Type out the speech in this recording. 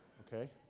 okay?